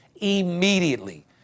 immediately